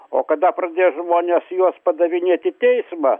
o kada pradės žmonės juos padavinėt į teismą